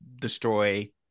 destroy